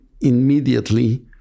immediately